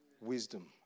wisdom